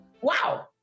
wow